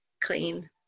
clean